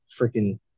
freaking